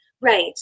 Right